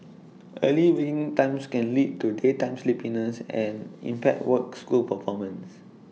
early win times can lead to daytime sleepiness and impaired work school performance